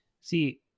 See